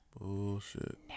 Bullshit